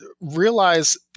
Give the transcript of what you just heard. realize